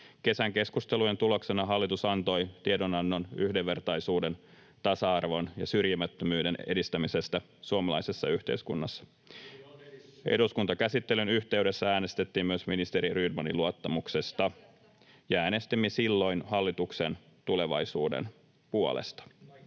Kesän keskustelujen tuloksena hallitus antoi tiedonannon yhdenvertaisuuden, tasa-arvon ja syrjimättömyyden edistämisestä suomalaisessa yhteiskunnassa. [Eduskunnasta: Hyvin on edistynyt!] Eduskuntakäsittelyn yhteydessä äänestettiin myös ministeri Rydmanin luottamuksesta, [Vasemmalta: Eri asiasta!] ja äänestimme silloin hallituksen tulevaisuuden puolesta.